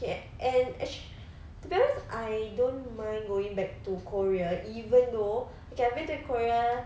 okay and act~ to be honest I don't mind going back to korea even though okay I've been to korea